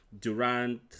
durant